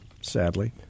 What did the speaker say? sadly